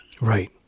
Right